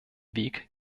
weg